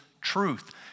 truth